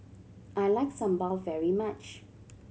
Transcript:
I like sambal very much